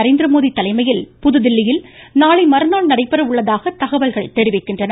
நரேந்திரமோடி தலைமையில் புதுதில்லியில் நாளை மறுநாள் நடைபெற உள்ளதாக தகவல்கள் தெரிவிக்கின்றன